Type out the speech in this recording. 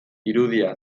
irudia